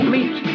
Meet